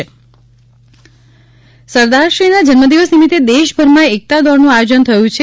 એકતા દોડ સરદારશ્રીના જન્મદિવસ નિમિત્તે દેશભરમાં એકતા દોડનું આયોજન થયું છે